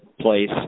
place